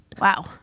Wow